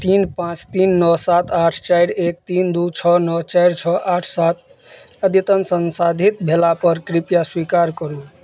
तीन पाँच तीन नओ सात आठ चारि एक तीन दुइ छओ नओ चारि छओ आठ सात अद्यतन सन्साधित भेलापर कृपया स्वीकार करू